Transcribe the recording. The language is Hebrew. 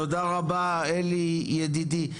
תודה רבה אלי, ידידי.